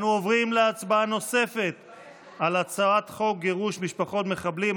ההצעה להעביר את הצעת חוק גירוש משפחות מחבלים,